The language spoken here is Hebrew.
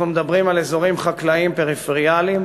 אנחנו מדברים על אזורים חקלאיים פריפריאליים,